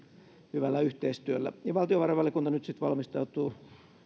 hyvällä yhteistyöllä valtiovarainvaliokunta nyt sitten valmistautuu